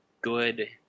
good